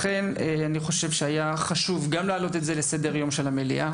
לכן אני חושב היה חשוב גם להעלות את זה לסדר היום של המליאה,